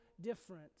different